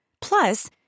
Plus